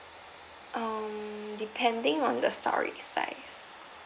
um depending on the storage size